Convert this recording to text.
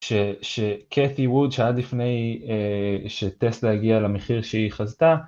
שקתי ווד שעד לפני שטסלה הגיעה למחיר שהיא חזתה